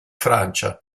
francia